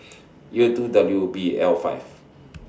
U two W B L five